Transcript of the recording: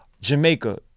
Jamaica